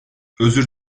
özür